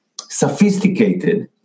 sophisticated